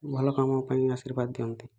ଭଲ କାମ ପାଇଁ ଆର୍ଶୀବାଦ ଦିଅନ୍ତି